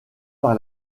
par